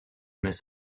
this